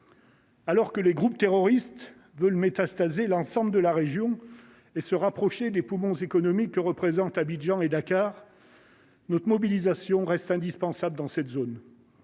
Alors que les groupes terroristes veulent métastasé, l'ensemble de la région et se rapprocher des poumons économiques que représentent Abidjan et Dakar. Notre mobilisation reste indispensable dans cette zone.